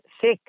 sick